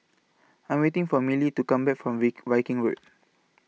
I Am waiting For Mellie to Come Back from Viking Road